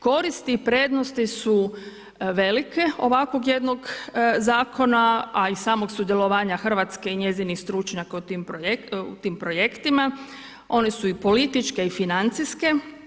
Koristi i prednosti su velike ovakvog jednog zakona a i samog sudjelovanja Hrvatske u njezinih stručnjaka u tim projektima, oni su i političke i financijske.